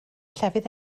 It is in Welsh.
llefydd